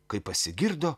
kai pasigirdo